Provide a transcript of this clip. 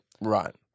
right